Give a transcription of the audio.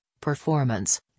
performance